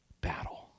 battle